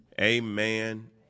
amen